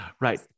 right